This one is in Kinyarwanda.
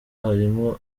harimo